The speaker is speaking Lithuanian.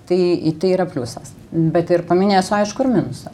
tai tai yra pliusas bet ir paminėsiu aišku ir minusą